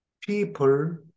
people